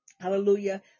Hallelujah